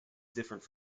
different